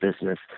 business